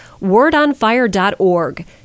Wordonfire.org